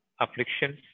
afflictions